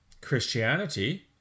Christianity